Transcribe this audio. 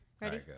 Ready